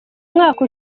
mwaka